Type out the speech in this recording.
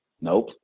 nope